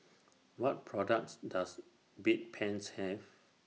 What products Does Bedpans Have